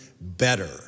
better